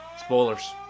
Spoilers